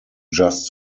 just